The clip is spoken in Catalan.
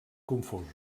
confosos